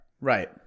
Right